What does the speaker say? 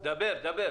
דבר, דבר.